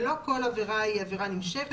לא כל עבירה היא עבירה נמשכת.